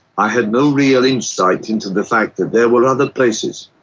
i had no real insight into the fact that there were other places.